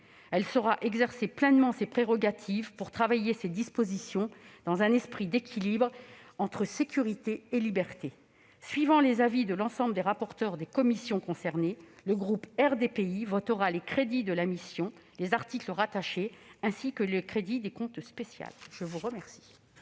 elle saura exercer pleinement ses prérogatives pour travailler ces dispositions dans un esprit d'équilibre entre sécurités et libertés. Suivant les avis de l'ensemble des rapporteurs spéciaux et des rapporteurs pour avis, le groupe RDPI votera les crédits de la mission, les articles rattachés, ainsi que les crédits du compte d'affectation spéciale.